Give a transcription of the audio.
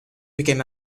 became